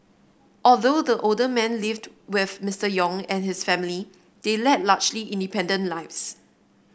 although the older man lived with Mister Yong and his family they led largely independent lives